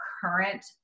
current